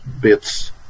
bits